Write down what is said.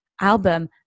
album